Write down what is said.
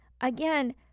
Again